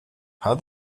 how